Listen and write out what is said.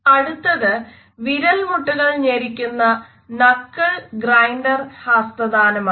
അടുത്തത് വിരൽമുട്ടുകൾ ഞെരിക്കുന്ന 'നക്ക്ൾ ഗ്രൈൻഡർ' ഹസ്തദാനമാണ്